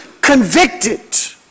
convicted